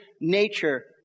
nature